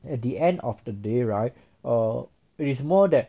at the end of the day right err it is more that